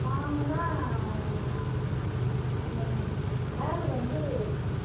வாங்கினா அந்த பேக்கு வந்து